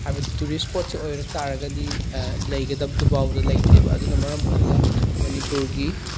ꯍꯥꯏꯕꯗꯤ ꯇꯨꯔꯤꯁ ꯏꯁꯄꯣꯠꯁꯦ ꯑꯣꯏꯔꯛꯇꯥꯔꯒꯗꯤ ꯂꯩꯒꯗꯕꯗꯨ ꯐꯥꯎꯕꯗ ꯂꯩꯇꯦꯕ ꯑꯗꯨꯅ ꯃꯔꯝ ꯑꯣꯏꯔꯒ ꯃꯅꯤꯄꯨꯔꯒꯤ